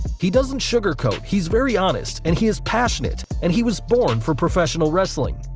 he doesn't sugarcoat he's very honest, and he is passionate, and he was born for professional wrestling.